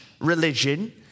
religion